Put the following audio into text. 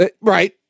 Right